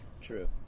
True